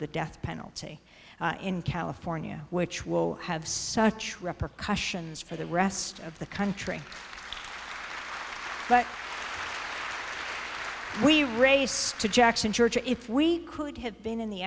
the death penalty in california which will have such repr questions for the rest of the country but we raced to jackson church or if we could have been in the